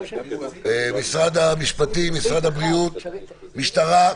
משרד המשפטים, משרד הבריאות, משטרה.